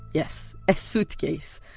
yes a suitcase,